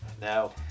No